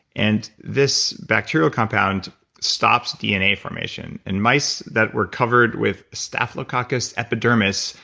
and this bacterial compound stops dna formation and mice that were covered with staphylococcus epidermis,